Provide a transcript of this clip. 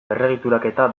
berregituraketa